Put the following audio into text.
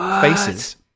faces